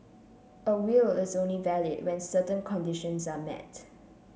a will is only valid when certain conditions are met